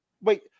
wait